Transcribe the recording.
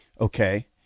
Okay